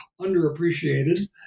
underappreciated